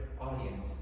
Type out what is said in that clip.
audience